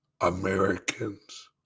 Americans